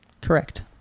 Correct